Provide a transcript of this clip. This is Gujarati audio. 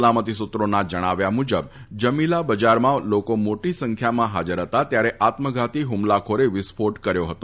સલામતી સૂત્રોના જણાવ્યા મુજબ જમીલા બજારમાં લોકો મોટી સંખ્યામાં ફાજર ફતા ત્યારે આત્મધાતી હુમલાખોરે વિસ્ફોટ કર્યો હતો